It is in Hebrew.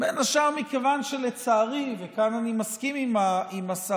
בין השאר מכיוון שלצערי, וכאן אני מסכים עם השרה,